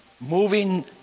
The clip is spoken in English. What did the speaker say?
moving